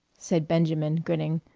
said benjamin, grinning,